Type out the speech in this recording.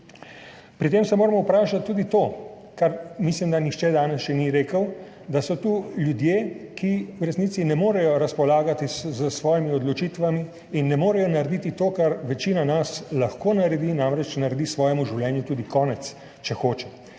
Pri tem se moramo vprašati tudi to, kar mislim, da nihče danes še ni rekel, da so tu ljudje, ki v resnici ne morejo razpolagati s svojimi odločitvami in ne morejo narediti tega, kar nas večina lahko naredi, namreč naredi svojemu življenju tudi konec, če hočete.